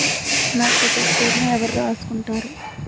నా సిబిల్ స్కోరును ఎవరు రాసుకుంటారు